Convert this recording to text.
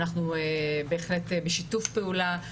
אנחנו בהחלט בשיתוף פעולה.